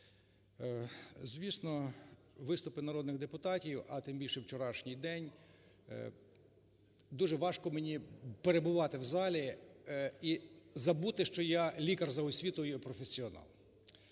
Звісно, виступи народних депутатів, а тим більше вчорашній день, дуже важко мені перебувати в залі і забути, що я – лікар за освітою і професіонал.